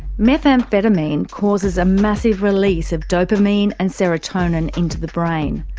methamphetamine causes a massive release of dopamine and serotonin into the brain.